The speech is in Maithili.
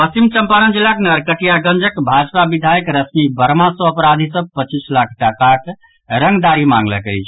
पश्चिम चंपारण जिलाक नरकटियागंजक भाजपा विधायक रश्मि वर्मा सँ अपराधी सभ पच्चीस लाख टाकाक रंगदारी मांगलक अछि